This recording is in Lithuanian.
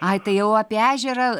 ai tai jau apie ežerą